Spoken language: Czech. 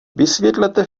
vysvětlete